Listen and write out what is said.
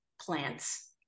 plants